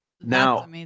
Now